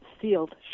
sealed